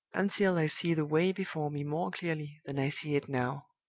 until i see the way before me more clearly than i see it now.